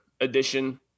edition